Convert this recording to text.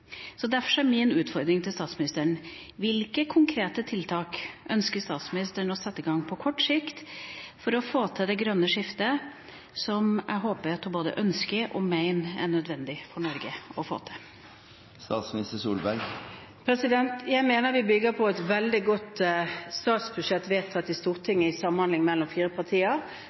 Derfor er min utfordring til statsministeren: Hvilke konkrete tiltak ønsker statsministeren å sette i gang på kort sikt for å få til det grønne skiftet som jeg håper at hun både ønsker og mener er nødvendig for Norge å få til? Jeg mener at vi bygger på et veldig godt statsbudsjett vedtatt i